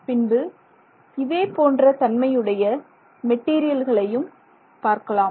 பின்பு இதேபோன்ற தன்மையுடைய மெட்டீரியல்களையும் பார்க்கலாம்